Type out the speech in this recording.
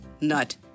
nut